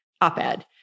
op-ed